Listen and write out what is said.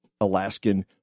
Alaskan